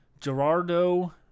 gerardo